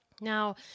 Now